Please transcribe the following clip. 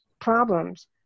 problems